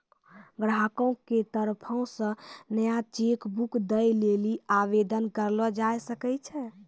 ग्राहको के तरफो से नया चेक बुक दै लेली आवेदन करलो जाय सकै छै